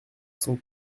cent